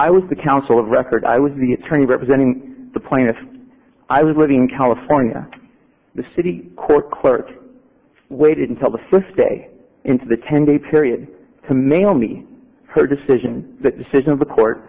i was the counsel of record i was the attorney representing the plaintiff i was living in california the city court clerk waited until the first day into the ten day period to mail me her decision the decision of the court